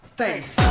face